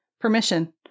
permission